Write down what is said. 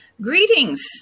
Greetings